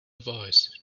voice